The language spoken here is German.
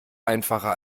einfacher